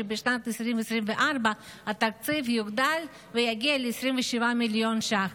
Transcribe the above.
שבשנת 2024 התקציב יוגדל ויגיע ל-27 מיליון שקלים?